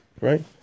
right